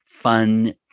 fun